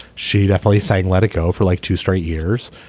she definitely saying let it go for like two straight years.